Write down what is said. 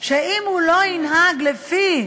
שאם הוא לא ינהג לפי,